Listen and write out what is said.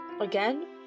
Again